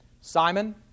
Simon